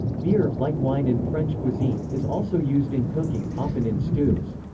beer, like wine in french cuisine, is also used in cooking often in stews.